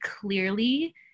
clearly